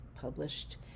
published